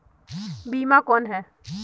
बीमा कौन है?